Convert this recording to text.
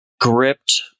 gripped